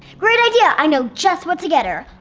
great idea! i know just what to get her.